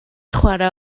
chwarae